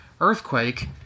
Earthquake